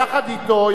יחד אתו,